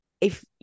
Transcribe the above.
if-